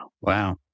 Wow